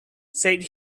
said